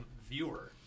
viewer